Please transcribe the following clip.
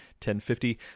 1050